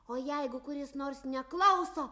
o jeigu kuris nors neklauso